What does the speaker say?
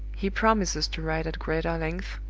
he promises to write at greater length,